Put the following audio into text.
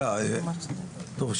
אני